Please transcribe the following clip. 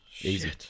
Easy